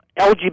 LGBT